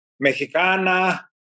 mexicana